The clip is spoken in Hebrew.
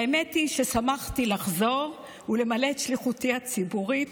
האמת היא ששמחתי לחזור ולמלא את שליחותי הציבורית,